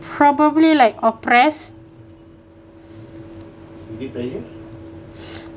probably like oppress